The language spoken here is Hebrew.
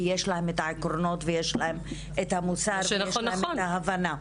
כי יש להם את העקרונות ויש להם את המוסר ויש להם את ההבנה.